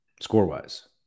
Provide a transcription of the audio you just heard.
score-wise